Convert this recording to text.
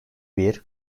bir